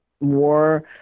more